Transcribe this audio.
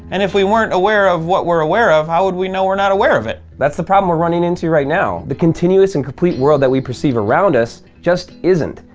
and if we weren't aware of what we're aware of, how would we know we're not aware of it? that's the problem we're running into right now. the continuous and complete world that we perceive around us just isn't,